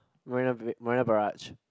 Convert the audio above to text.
Marina-Bay Marina-Barrage